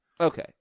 Okay